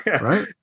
Right